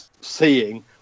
seeing